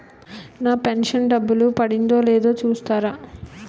నా pension డబ్బులు పడిందో లేదో చూస్తారా?